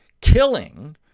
killing